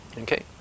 Okay